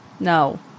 No